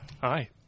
Hi